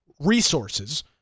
resources